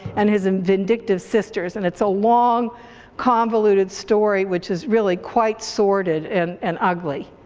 and his um vindictive sisters. and it's a long convoluted story which is really quite sordid and and ugly.